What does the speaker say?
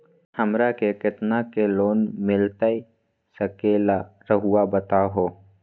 हमरा के कितना के लोन मिलता सके ला रायुआ बताहो?